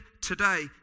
today